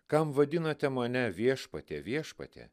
kam vadinate mane viešpatie viešpatie